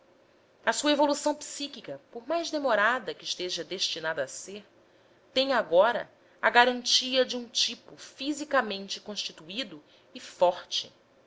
a sua evolução psíquica por mais demorada que esteja destinada a ser tem agora a garantia de um tipo fisicamente constituído e forte